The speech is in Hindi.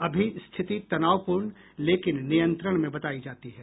अभी स्थिति तनावपूर्ण लेकिन नियंत्रण में बतायी जाती है